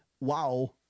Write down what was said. Wow